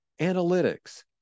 analytics